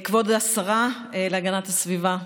כבוד השרה להגנת הסביבה,